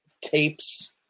Tapes